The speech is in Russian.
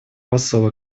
посол